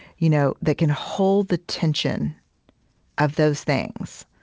you know that can hold the tension of those things,